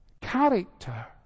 character